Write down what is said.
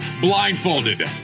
Blindfolded